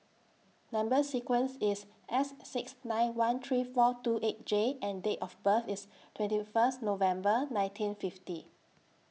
Number sequence IS S six nine one three four two eight J and Date of birth IS twenty First November nineteen fifty